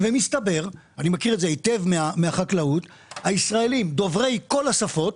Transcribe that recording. מסתבר שהישראלים דוברי כל השפות